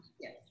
Yes